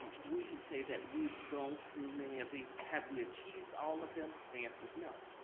we can say that we've gone through many of these. have we achieved all of them? the answer's no.